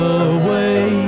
away